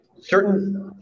certain